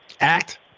act